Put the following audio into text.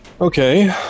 Okay